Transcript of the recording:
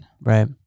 Right